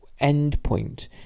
endpoint